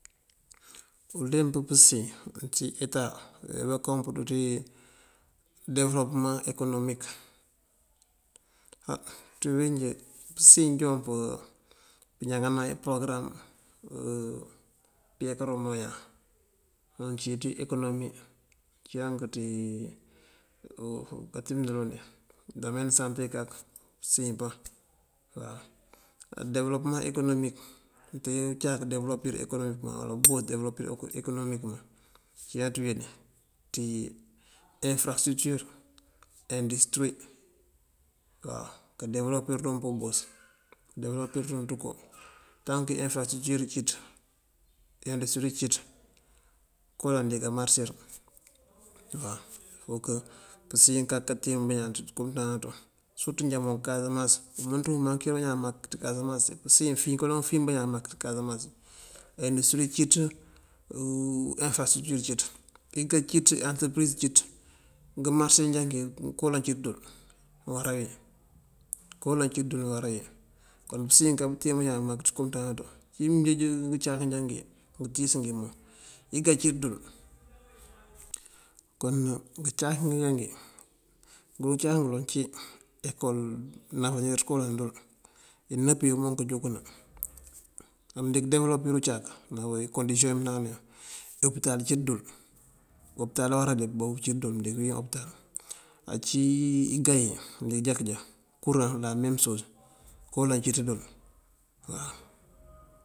Uleemp pësiyën uncí eta wewí bakoon pëdo ţí dewëlopëman ekonomik? Á ţí uwínjí pësíyën joon pëñaganan ipërogëram bëyá karum bañaan. Uncí ţí ekonomi cíyank ţí katim kul wum dí domen sanëte kak pësiyën paŋ waw. Dewëlopëman ekonomik mënte ucáak dewëlopir ekonomikëman wala ubúrú waŋ dewëlopir ekonomikëman acína ţí weedí? Ţí enfërasëţíţir, endisëturi waw. Kadewëlopir ţun pëboos kadewëlopir ţun ţëko tanke enfërakëţíţir cíţ endisëturi cíţ koolan díka marësir waw. Pësiyën kaka teen bañaan ţí ţëko ţëmënţandana ţun sirëtú ţí njá moon kasamans. Pësiyën afin kaloŋ këfin bañaan mak ţí kasamans ţí endisëturi cíţ, enfërasëţiţir cíţ, igá cíţn ngë antërëpëriz cíţ, ngëmarse njá ngí koolan cíţ dul uwará wí. Koolan cíţ dul awará wí, kon pësiyën ká pëteen bañaan ţí ţëko ţëmënţandana tuŋ. Cí mënjeej ngëcáak njá ngëtíis ngímoon igá cíţ dul. Kon ngëcáak njá ngí ngëcáak ngëloŋ cí ekol náfánir koolan dul inëp yi wumoon kajúkëna. Á mëndiŋ dewëlopir ucáak ná kondisiyon yumënţandana yuŋ opital cíţ dul, opital awará de bawu cíţ dul mëndi këwín opital. Ací igá yí mëndi këjá këjá kuran lamen soos koolan cíţ dul waw.